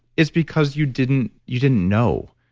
it's because you didn't you didn't know,